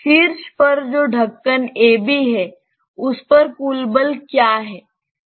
शीर्ष पर जो ढक्कन AB है उस पर कुल बल क्या है